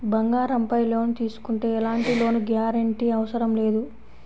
బంగారంపై లోను తీసుకుంటే ఎలాంటి లోను గ్యారంటీ అవసరం లేదు